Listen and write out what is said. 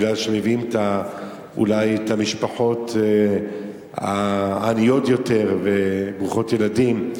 כי מביאים אולי את המשפחות העניות יותר וברוכות ילדים,